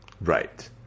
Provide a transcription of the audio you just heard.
Right